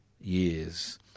years